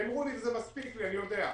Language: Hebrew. הם נאמרו לי, וזה מספיק לי אני יודע,